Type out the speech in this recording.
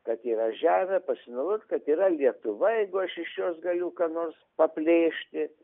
kad įvažiavę pasinaudot kad yra lietuva jeigu aš iš jos galiu ką nors paplėšti